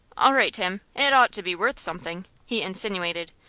all right, tim. it ought to be worth something, he insinuated,